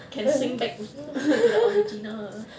can swing back to the original